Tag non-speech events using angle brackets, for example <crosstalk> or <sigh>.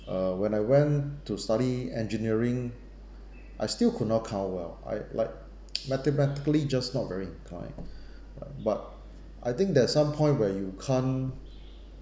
uh when I went to study engineering I still could not count well I like <noise> mathematically just not very incline <breath> bu~ but I think there is some point where you can't